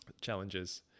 challenges